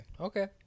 Okay